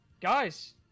Guys